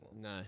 No